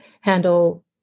handle